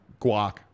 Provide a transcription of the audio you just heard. guac